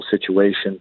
situation